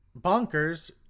bonkers